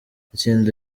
itsinda